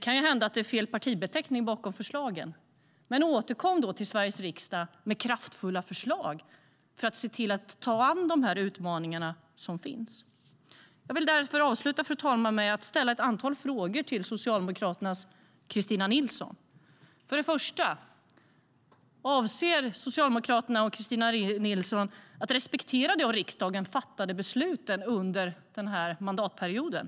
Kanhända är det fel partibeteckning bakom förslagen. Men återkom då till Sveriges riksdag med kraftfulla förslag för att anta de utmaningar som finns! Först vill jag fråga: Avser Socialdemokraterna och Kristina Nilsson att respektera de av riksdagen fattade besluten under den här mandatperioden?